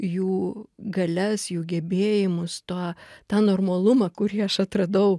jų galias jų gebėjimus tą tą normalumą kurį aš atradau